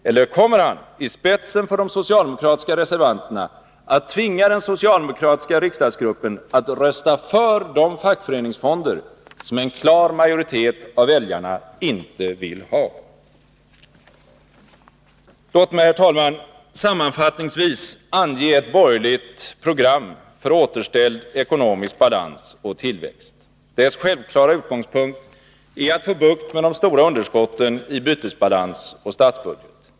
Eller kommer han i spetsen för de socialdemokratiska reservanterna att tvinga den socialdemokratiska riksdagsgruppen att rösta för de fackföreningsfonder som en klar majoritet av väljarna inte vill ha? Låt mig, herr talman, sammanfattningsvis ange ett borgerligt program för återställd ekonomisk balans och tillväxt! Dess självklara utgångspunkt är att få bukt med de stora underskotten i bytesbalans och statsbudget.